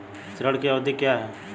ऋण की अवधि क्या है?